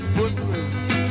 Footprints